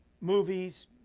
movies